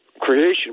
creation